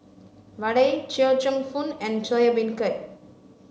vadai chee cheong fun and soya beancurd